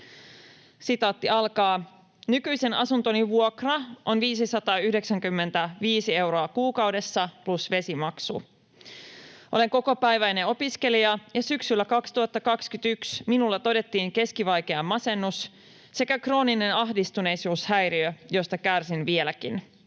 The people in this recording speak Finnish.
ratkaista.” ”Nykyisen asuntoni vuokra on 595 euroa kuukaudessa plus vesimaksu. Olen kokopäiväinen opiskelija, ja syksyllä 2021 minulla todettiin keskivaikea masennus sekä krooninen ahdistuneisuushäiriö, joista kärsin vieläkin.